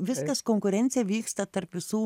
viskas konkurencija vyksta tarp visų